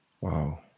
Wow